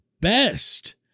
best